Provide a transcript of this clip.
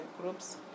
groups